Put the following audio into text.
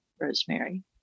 Rosemary